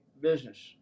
business